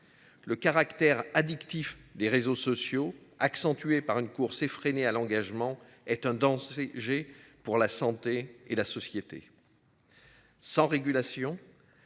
Le caractère addictif des réseaux sociaux accentuée par une course effrénée à l'engagement est un danser. J'ai pour la santé et la société. Sans régulation.